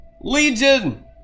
Legion